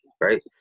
right